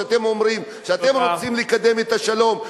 שאתם אומרים שאתם רוצים לקדם את השלום,